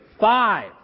Five